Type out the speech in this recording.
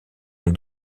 ont